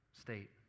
state